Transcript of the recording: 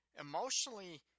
emotionally